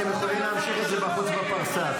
אתם יכולים להמשיך את זה בחוץ בפרסה.